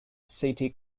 city